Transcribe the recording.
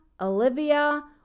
Olivia